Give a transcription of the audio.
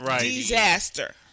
disaster